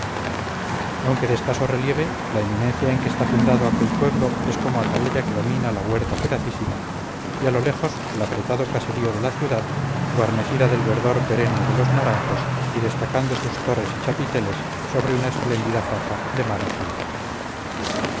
aunque de escaso relieve la eminencia en que está fundado aquel pueblo es como atalaya que domina la huerta feracísima y a lo lejos el apretado caserío de la ciudad guarnecida del verdor perenne de los naranjos y destacando sus torres y chapiteles sobre una espléndida faja de mar azul